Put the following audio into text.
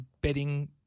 betting